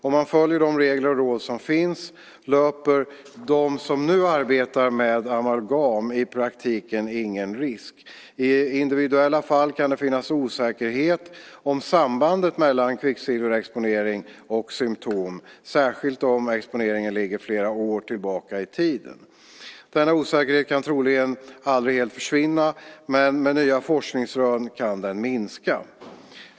Om man följer de regler och råd som finns löper de som nu arbetar med amalgam i praktiken ingen risk. I individuella fall kan det finnas osäkerhet om sambandet mellan kvicksilverexponering och symtom, särskilt om exponeringen ligger flera år tillbaka i tiden. Denna osäkerhet kan troligen aldrig helt försvinna, men med nya forskningsrön kan den minska.